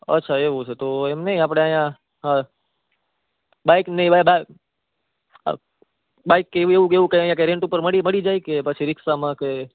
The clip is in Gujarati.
અચ્છા એવું છે એમ નઈ તો આપણે અહીંયા હા બાઇકને હા બાઈક બાઈક કે એવું કઈ રેન્ટ ઉપર મળી જાય કે પછી રિક્ષામાં કે